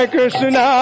Krishna